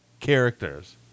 Characters